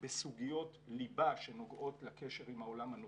בסוגיות ליבה שנוגעות לקשר עם העולם הנוצרי,